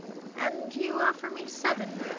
and you offer me seven?